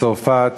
מצרפת